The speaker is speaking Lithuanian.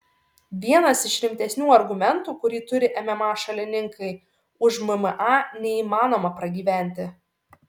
vienas iš rimtesnių argumentų kurį turi mma šalininkai už mma neįmanoma pragyventi